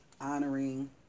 honoring